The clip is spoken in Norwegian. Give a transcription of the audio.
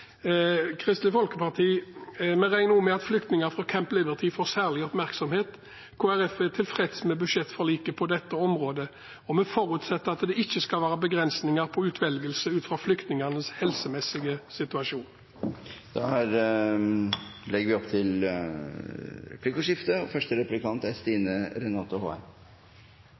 Kristelig Folkeparti er tilfreds med budsjettforliket på dette området, og vi forutsetter at det ikke skal være begrensninger på utvelgelse ut fra flyktningenes helsemessige situasjon. Det blir replikkordskifte. I asylavtalen mellom regjeringen og Kristelig Folkeparti og Venstre er det et punkt om at kvoteflyktninger med størst mulighet til